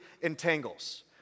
entangles